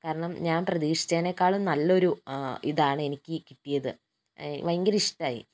കാരണം ഞാൻ പ്രതീക്ഷിച്ചതിനേക്കാളും നല്ലൊരു ഇതാണ് എനിക്ക് കിട്ടിയത് ഭയങ്കരിഷ്ടായി